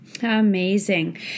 Amazing